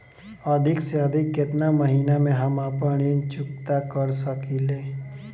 अधिक से अधिक केतना महीना में हम आपन ऋण चुकता कर सकी ले?